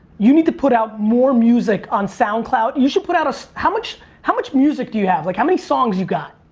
you need to put out more music on soundcloud you should put out a, how much how much music do you have? like how many songs do you got?